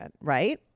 right